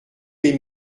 les